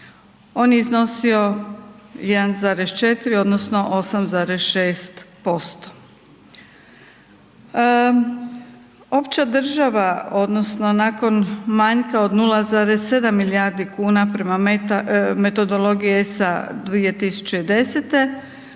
on je iznosio 1,4 odnosno 8,6%. Opća država odnosno nakon manjka od 0,7 milijardi kuna prema metodologiji ESA 2010